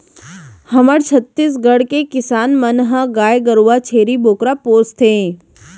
हमर छत्तीसगढ़ के किसान मन ह गाय गरूवा, छेरी बोकरा पोसथें